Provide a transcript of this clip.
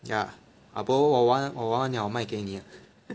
ya ah boh 我玩我玩完了我卖给你 lah